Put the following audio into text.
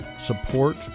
support